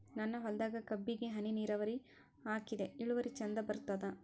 ನನ್ನ ಹೊಲದಾಗ ಕಬ್ಬಿಗಿ ಹನಿ ನಿರಾವರಿಹಾಕಿದೆ ಇಳುವರಿ ಚಂದ ಬರತ್ತಾದ?